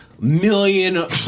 Million